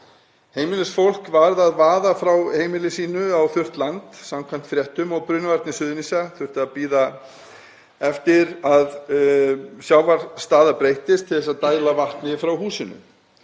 Heimilisfólk varð að vaða frá heimili sínu á þurrt land samkvæmt fréttum og Brunavarnir Suðurnesja þurftu að bíða eftir því að sjávarstaða breyttist til að dæla vatni frá húsinu.